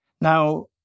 Now